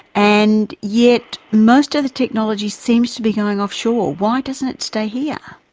and yet most of the technology seems to be going offshore. why doesn't it stay here?